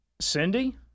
Cindy